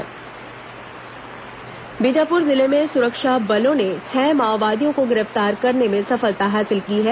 माओवादी गिरफ्तार बीजापुर जिले में सुरक्षा बलों ने छह माओवादियों को गिरफ्तार करने में सफलता हासिल की है